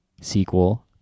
sequel